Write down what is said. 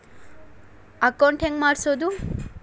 Account ಹೆಂಗ್ ಮಾಡ್ಸೋದು?